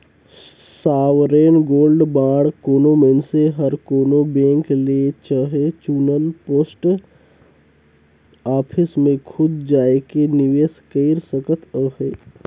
sovereign gold bond कोनो मइनसे हर कोनो बेंक ले चहे चुनल पोस्ट ऑफिस में खुद जाएके निवेस कइर सकत अहे